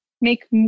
make